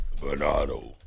Bernardo